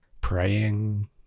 praying